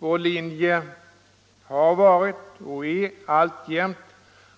Vår linje har varit och är alltjämt,